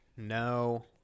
No